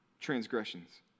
transgressions